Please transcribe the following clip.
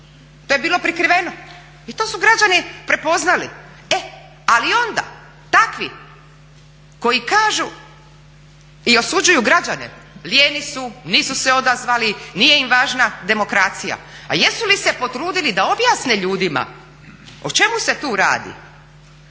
To je bilo prikriveno i to su građani prepoznali, e ali onda takvi koji kažu i osuđuju građane lijeni su, nisu se odazvali, nije im važna demokracija, a jesu li se potrudili da objasne ljudima o čemu se tu radi